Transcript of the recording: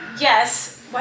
yes